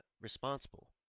responsible